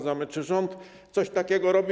Czy rząd coś takiego robi?